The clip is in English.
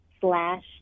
slash